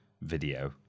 video